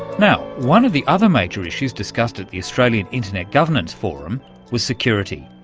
now, one of the other major issues discussed at the australian internet governance forum was security.